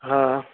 हा